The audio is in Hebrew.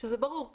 זה חשש ברור,